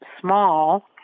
small